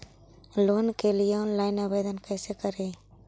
Loan के लिये online आवेदन कैसे करि?